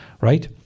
Right